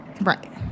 Right